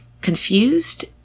confused